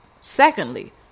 Secondly